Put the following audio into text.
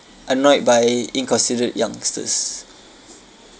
annoyed by inconsiderate youngsters